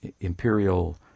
imperial